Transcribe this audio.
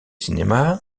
cinéma